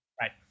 Right